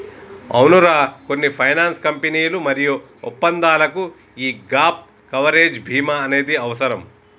అవునరా కొన్ని ఫైనాన్స్ కంపెనీలు మరియు ఒప్పందాలకు యీ గాప్ కవరేజ్ భీమా అనేది అవసరం